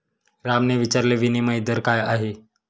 रामने विचारले, विनिमय दर काय आहे?